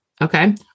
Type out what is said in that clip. Okay